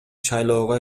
шайлоого